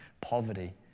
Poverty